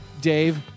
dave